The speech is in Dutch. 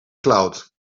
cloud